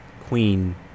queen